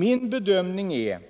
Min bedömning är